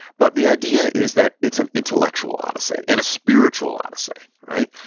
but the idea is that it's an intellectual odyssey and a spiritual odyssey, right?